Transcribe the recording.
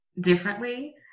differently